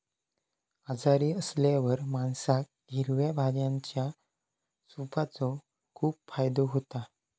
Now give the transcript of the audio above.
आजारी असल्यावर माणसाक हिरव्या भाज्यांच्या सूपाचो खूप फायदो होता